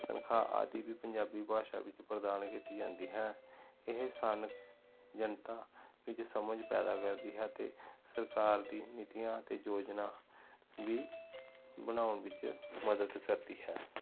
ਤਨਖਾਹ ਆਦਿ ਵੀ ਪੰਜਾਬੀ ਭਾਸ਼ਾ ਵਿੱਚ ਪ੍ਰਦਾਨ ਕੀਤੀ ਜਾਂਦੀ ਹੈ ਇਹ ਸਥਾਨਕ ਜਨਤਾ ਵਿੱਚ ਸਮਝ ਪੈਦਾ ਕਰਦੀ ਹੈ ਅਤੇ ਸਰਕਾਰ ਦੀ ਨੀਤੀਆਂ ਅਤੇ ਯੋਜਨਾ ਵੀ ਬਣਾਉਣ ਵਿੱਚ ਮਦਦ ਕਰਦੀ ਹੈ